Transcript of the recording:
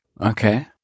Okay